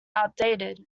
outdated